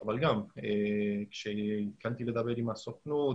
אבל כשהתחלתי לדבר עם הסוכנות,